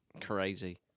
Crazy